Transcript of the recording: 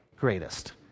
greatest